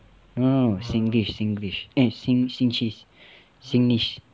no no singlish singlish eh sing singchis singlish